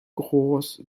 groß